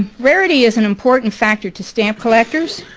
rarity is an important factor to stamp collectors